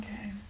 Okay